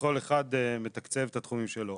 וכל אחד מתקצב את התחומים שלו.